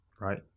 right